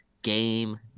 Game